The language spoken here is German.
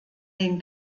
den